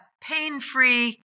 pain-free